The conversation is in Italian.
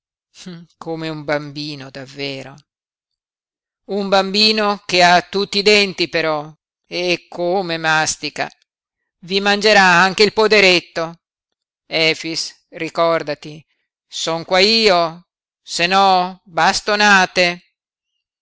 come un bambino davvero un bambino che ha tutti i denti però e come mastica i mangerà anche il poderetto efix ricordati son qua io se no bastonate